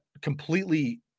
completely